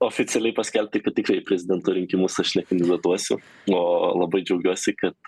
oficialiai paskelbti kad tikrai į prezidento rinkimus aš nekandidatuosiu o labai džiaugiuosi kad